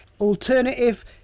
Alternative